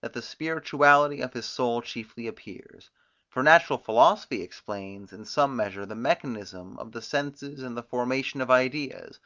that the spirituality of his soul chiefly appears for natural philosophy explains, in some measure, the mechanism of the senses and the formation of ideas